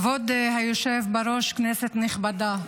כבוד היושב בראש, כנסת נכבדה,